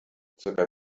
circa